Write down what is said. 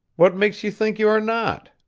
what makes you think you are not?